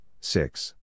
Six